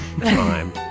Time